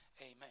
amen